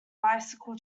bicycle